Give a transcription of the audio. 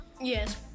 Yes